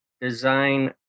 design